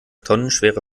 tonnenschwere